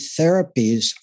therapies